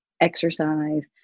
exercise